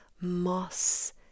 moss